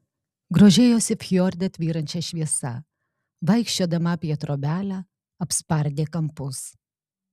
grožėjosi fjorde tvyrančia šviesa vaikščiodama apie trobelę apspardė kampus